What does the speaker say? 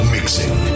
Mixing